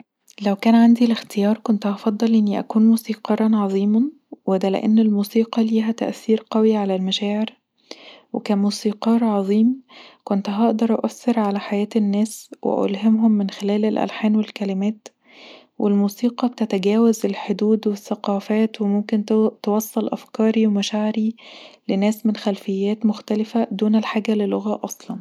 لو كان عندي الاختيار كنت هفضل اني اكون موسيقارا عظيما وده لأن الموسيقي ليها تأثير قوي علي المشاعر وكموسيقار عظيم كنت هقد أؤثر علي حياة الناس وألهمهم من خلال الألحان والكلمات والموسيقي بتتجاوز الحدود والثقافات وممكن توصل افكاري ومشاعري لناس من خلفيات مختلفه دون الحاجه للغة اصلا